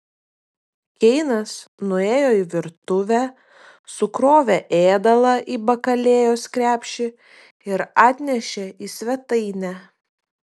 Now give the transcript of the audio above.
keinas nuėjo į virtuvę sukrovė ėdalą į bakalėjos krepšį ir atnešė į svetainę